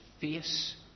face